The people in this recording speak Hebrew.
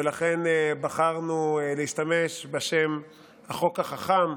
לכן בחרנו להשתמש בשם "החוק החכ"ם",